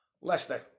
Leicester